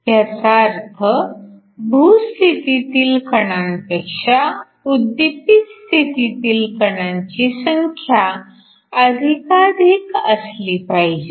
ह्याचा अर्थ भू स्थितीतील कणांपेक्षा उद्दीपित स्थितीतील कणांची संख्या अधिकाधिक असली पाहिजे